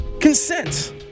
consent